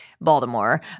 Baltimore